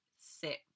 sit